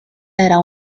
era